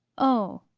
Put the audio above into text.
oh!